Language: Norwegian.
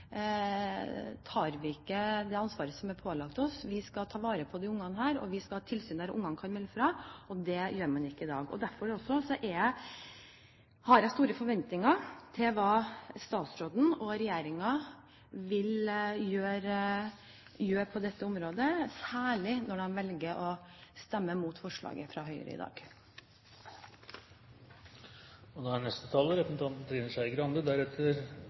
tar vi ikke det ansvaret som er pålagt oss. Vi skal ta vare på disse barna, og vi skal ha et tilsyn der barn kan melde fra. Det har man ikke i dag. Derfor har jeg store forventinger til hva statsråden og regjeringen vil gjøre på dette området, særlig når man i dag velger å stemme mot forslaget fra Høyre. For noen dager siden diskuterte vi her i denne sal erstatningsordninger for folk som hadde opplevd overgrep innen barnevernet. Vi har fått mange grove avsløringer, og